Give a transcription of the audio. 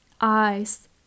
eyes